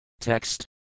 Text